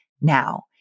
now